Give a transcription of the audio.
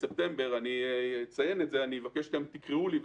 אני אבקש שתקראו לי אליכם בספטמבר,